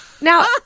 Now